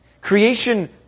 Creation